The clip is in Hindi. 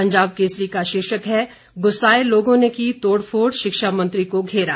पंजाब केसरी का शीर्षक है गुस्साए लोगों ने की तोड़फोड़ शिक्षा मंत्री को घेरा